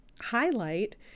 highlight